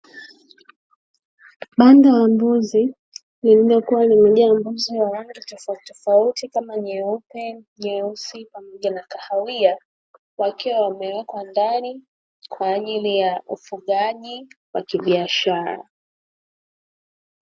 Banda la mbuzi lililokuwa limejaa mbuzi wa rangi tofautitofauti kama nyeupe, nyeusi, pamoja na kahawia wakiwa wamewekwa ndani kwa ajili ya ufugaji wa kibiashara.